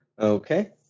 Okay